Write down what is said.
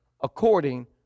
according